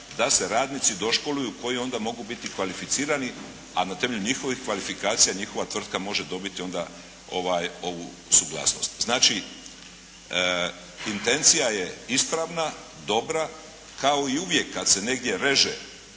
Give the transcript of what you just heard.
da se radnici doškoluju koji onda mogu biti kvalificirani, a na temelju njihovih kvalifikacija njihova tvrtka može dobiti onda ovu suglasnost. Znači, intencija je ispravna, dobra, kao i uvijek kad se negdje reže